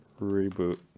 Reboot